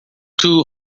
two